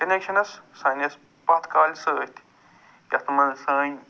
connections سٲنِس پتھ کالہِ سۭتۍ یَتھ منٛز سٲنۍ